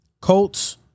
Colts